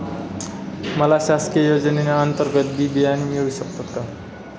मला शासकीय योजने अंतर्गत बी बियाणे मिळू शकतात का?